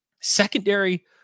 Secondary